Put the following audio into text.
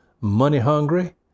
money-hungry